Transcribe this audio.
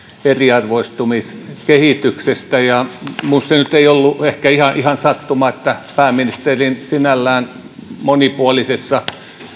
eriarvoistumiskehityksestä ja minusta nyt ei ollut ehkä ihan sattuma että pääministerin sinällään monipuolisessa